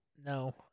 No